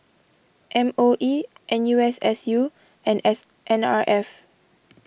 M O E N U S S U and S N R F